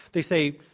they say,